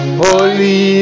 holy